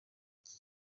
iki